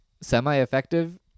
semi-effective